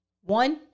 one